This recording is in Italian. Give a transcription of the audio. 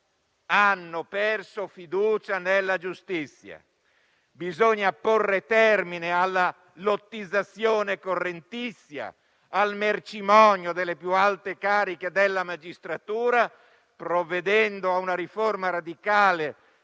hanno perso fiducia nella giustizia. Bisogna porre fine alla lottizzazione correntizia e al mercimonio delle più alte cariche della magistratura, provvedendo a una riforma radicale